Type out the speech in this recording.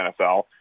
NFL